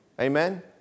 Amen